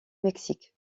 mexique